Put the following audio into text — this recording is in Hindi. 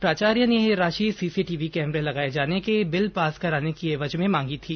प्राचार्य ने यह राशि सीसीटीवी कैमरे लगाए जाने के बिल पास कराने की एवज में मांगी थी